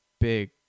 big